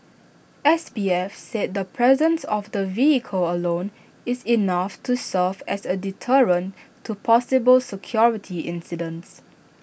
S P F said the presence of the vehicle alone is enough to serve as A deterrent to possible security incidents